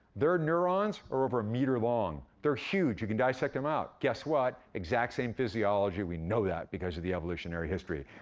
their neurons are over a meter long. they're huge you can dissect em out. guess what? exact same physiology. we know that because of the evolutionary history.